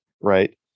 right